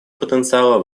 потенциала